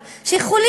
גם במגזר הערבי,